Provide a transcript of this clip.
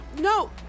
no